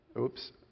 Oops